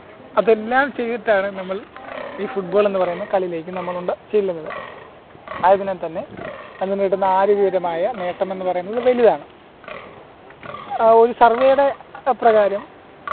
അതെല്ലാം ചെയ്തിട്ടാണ് നമ്മള് ഈ ഫുട്ബോളെന്നു പറയുന്ന കളീലേയ്ക്ക് നമ്മളുണ്ട ചെല്ലുന്നത് ആയതിനാല്ത്തന്നെ അതില്നിന്ന് കിട്ടുന്ന ആരോഗ്യകരമായ നേട്ടമെന്ന് പറയുന്നത് വലുതാണ് ഒരു സര്വ്വേയുടെ എപ്രകാരം